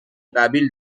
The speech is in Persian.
قبیل